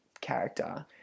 character